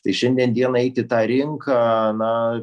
tai šiandien dienai eiti tą rinką na